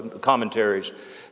commentaries